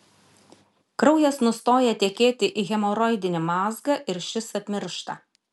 kraujas nustoja tekėti į hemoroidinį mazgą ir šis apmiršta